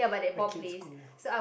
my kids go